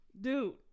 dude